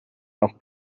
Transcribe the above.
noch